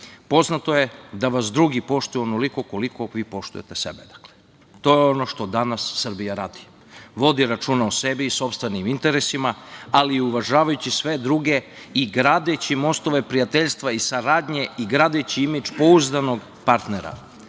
Poznato je da vas drugi poštuju onoliko koliko vi poštujete sebe. To je ono što danas Srbija radi, vodi računa o sebi i sopstvenim interesima, ali i uvažavajući sve druge i gradeći mostove prijateljstva i saradnje i gradeći imidž pouzdanog partnera. Srbija